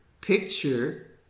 picture